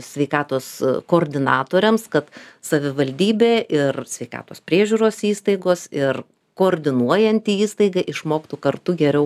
sveikatos koordinatoriams kad savivaldybė ir sveikatos priežiūros įstaigos ir koordinuojanti įstaiga išmoktų kartu geriau